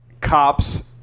cops